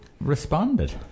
responded